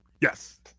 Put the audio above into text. Yes